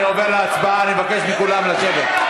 אני עובר להצבעה, אני מבקש מכולם לשבת.